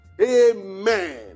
Amen